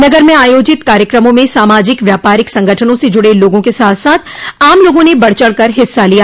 नगर में आयोजित कार्यक्रमों में सामाजिक व्यापारिक संगठनों से जुड़े लोगों के साथ साथ आम लोगों ने बढ़ चढ़ कर हिस्सा लिया